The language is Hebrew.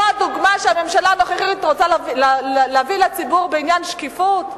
זו הדוגמה שהממשלה הנוכחית רוצה להביא לציבור בעניין שקיפות,